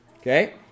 Okay